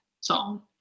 song